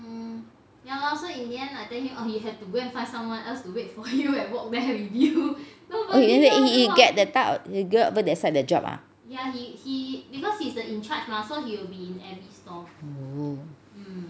oh wait he he get that type of he get that side the job ah mm